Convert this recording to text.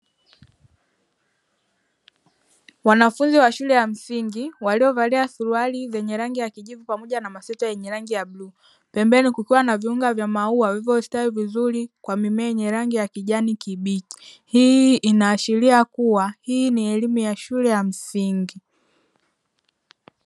Wanafunzi wa shule ya msingi waliovalia suruali zenye rangi ya kijivu pamoja na masweta yenye rangi ya bluu. Pembeni kukiwa na viunga vya maua vilivyostawi vizuri kwa mimea rangi ya kijani kibichi. Hii inaashiria kuwa hii ni elimu ya shule ya msingi.